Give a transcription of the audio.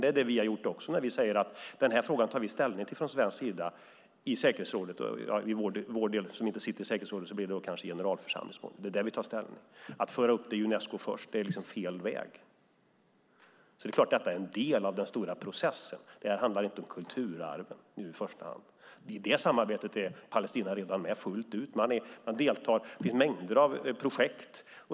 Det är det som vi också har gjort när vi har sagt att vi från svensk sida tar ställning till denna fråga i säkerhetsrådet, eller för vår del blir det kanske i generalförsamlingen eftersom vi inte sitter i säkerhetsrådet. Att föra upp det i Unesco först är fel väg. Det är alltså klart att detta är en del av den stora processen. Detta handlar inte om kulturarven i första hand. I detta samarbete är Palestina redan med fullt ut. Man deltar i mängder av projekt.